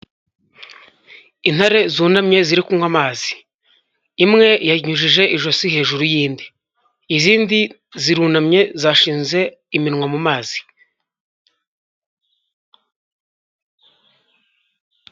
Intare zunamye ziri kunywa amazi, imwe yanyujuje ijosi hejuru y'indi, izindi zirunamye zashinze iminwa mu mazi.